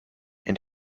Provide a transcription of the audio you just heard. and